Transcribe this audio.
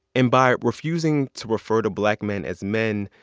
and by refusing to refer to black men as men,